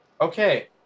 Okay